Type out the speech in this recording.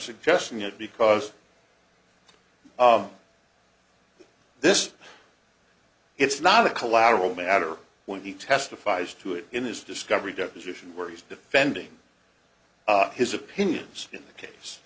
suggesting it because of this it's not a collateral matter when he testifies to it in his discovery deposition where he's defending his opinions in the case